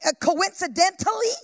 coincidentally